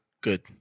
good